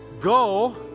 Go